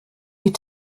die